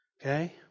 Okay